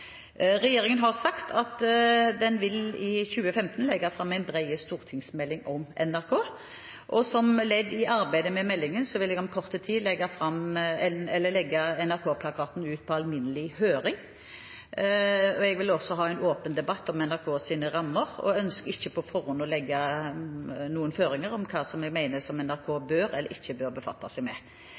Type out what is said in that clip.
Regjeringen har sagt at den i 2015 vil legge fram en bred stortingsmelding om NRK. Som ledd i arbeidet med meldingen vil jeg om kort tid legge NRK-plakaten ut på alminnelig høring. Jeg vil ha en åpen debatt om NRKs rammer og ønsker ikke på forhånd å legge noen føringer om hva jeg mener om hva NRK bør eller ikke bør befatte seg med.